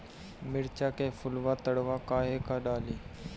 मिरचा के फुलवा झड़ता काहे का डाली?